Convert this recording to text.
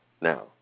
Now